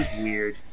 Weird